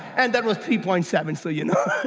and that was three point seven, so you know